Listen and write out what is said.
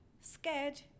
scared